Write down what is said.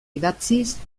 idatziz